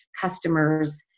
customers